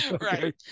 Right